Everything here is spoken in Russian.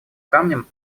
камнем